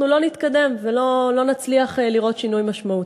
אנחנו לא נתקדם ולא נצליח לראות שינוי משמעותי.